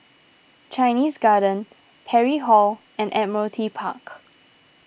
Chinese Garden Parry Hall and Admiralty Park